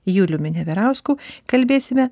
juliumi neverausku kalbėsime